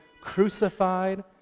crucified